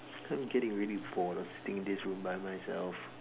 I'm getting really bored of sitting in this room by myself